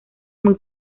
muy